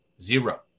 Zero